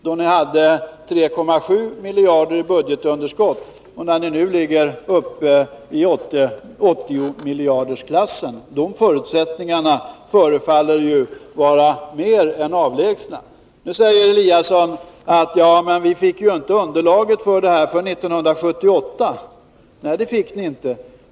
Då hade ni 3,7 miljarder i budgetunderskott, och nu är ni uppe i 80-miljardersklassen. De förutsättningarna förefaller ju vara mer än avlägsna. Ingemar Eliasson säger nu: Vi fick ju inte underlaget för detta förrän 1978. Nej, det fick ni inte.